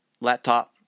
laptop